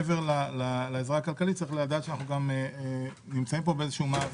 מעבר לעזרה הכלכלית צריך לדעת שאנחנו גם נמצאים פה במאבק,